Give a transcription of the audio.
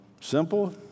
Simple